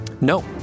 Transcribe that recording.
No